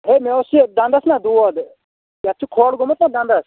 A مےٚ اوس یہِ دَنٛدَس نا دود یَتھ چھِ کھۄڈ گوٚمُت نا دَنٛدَس